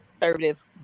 conservative